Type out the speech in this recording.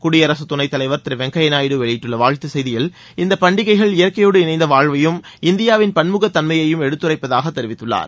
குடியரசுத் துணைத் தலைவர் திரு வெங்கையா நாயுடு வெளியிட்டுள்ள வாழ்த்து செய்தியில் இந்த பண்டிகைகள் இயற்கையோடு இணைந்த வாழ்வையும் இந்தியாவின் பன்முக தன்மையையும் எடுத்துரைப்பதாக தெரிவித்துள்ளார்